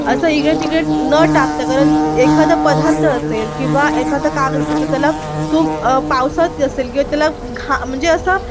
असं इकडे तिकडे न टाकता कारण एखादा पदार्थ असेल किंवा एखादा कागद असेल तर त्याला तो पावसात असेल किंवा त्याला घा म्हणजे असा